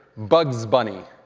bugs bunny.